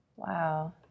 Wow